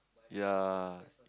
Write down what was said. ya